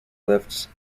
lifts